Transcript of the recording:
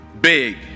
big